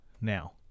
Now